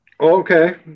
Okay